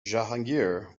jahangir